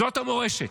זאת המורשת.